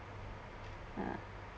uh